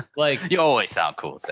like you always sound cool.